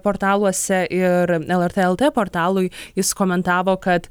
portaluose ir elartė eltė portalui jis komentavo kad